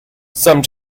some